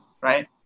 Right